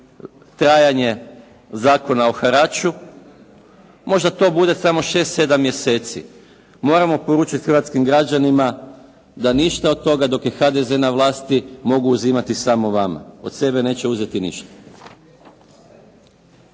trajanje Zakona o haraču. Možda to bude samo 6, 7 mjeseci. Moramo poručit hrvatskim građanima da ništa od toga dok je HDZ na vlasti. Mogu uzimati samo vama, od sebe neće uzeti ništa.